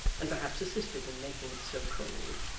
and perhaps assisted in making it so cold,